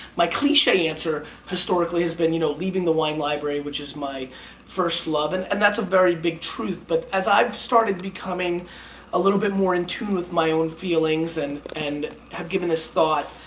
my cliche answer historically has been, you know, leaving the wine library with is my first love, and and that's a very big truth. but as i've started becoming a little bit more in tune with my own feelings and and have given this thought,